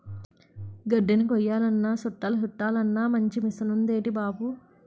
గడ్దిని కొయ్యాలన్నా సుట్టలు సుట్టలన్నా మంచి మిసనుందేటి బాబూ